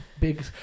big